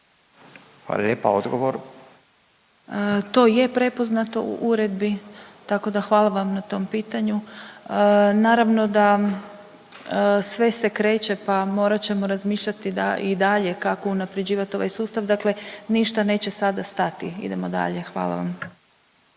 Marija** To je prepoznato u uredbi, tako da hvala vam na tom pitanju. Naravno da sve se kreće, pa morat ćemo razmišljati da i dalje kako unaprjeđivat ovaj sustav, dakle ništa neće sada stati, idemo dalje, hvala vam.